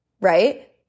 Right